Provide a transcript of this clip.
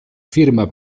firma